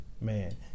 man